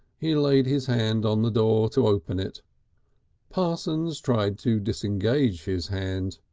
he laid his hand on the door to open it parsons tried to disengage his hand.